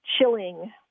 chilling